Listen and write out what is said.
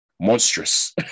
Monstrous